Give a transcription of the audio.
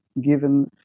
given